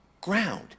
ground